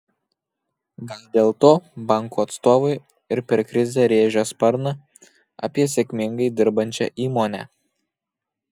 gal dėl to bankų atstovai ir per krizę rėžia sparną apie sėkmingai dirbančią įmonę